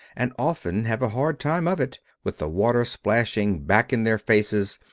and often have a hard time of it, with the water splashing back in their faces,